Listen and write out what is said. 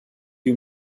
you